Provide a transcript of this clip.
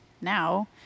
now